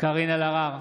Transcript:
קארין אלהרר,